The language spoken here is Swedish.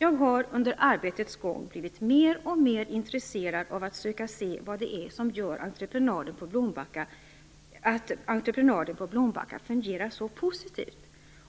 Jag har under arbetets gång blivit mer och mer intresserad av att söka se vad det är som gör att entreprenaden på Blombacka fungerar så positivt,